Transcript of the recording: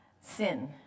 Sin